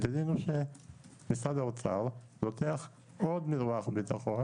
גילינו שמשרד האוצר לוקח עוד מרווח ביטחון